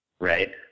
right